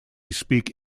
speak